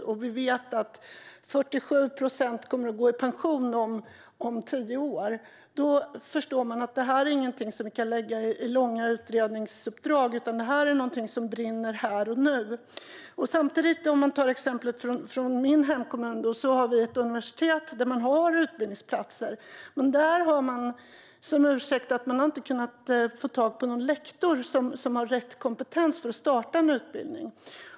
Vi vet att 47 procent kommer att gå i pension om tio år. Då förstår vi att detta inte kan lösas genom långa utredningsuppdrag, utan detta brinner här och nu. I min hemkommun finns det ett universitet där det finns utbildningsplatser. Men man ursäktar sig med att man inte har kunnat få tag på någon lektor med rätt kompetens för att starta en utbildning.